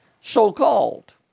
so-called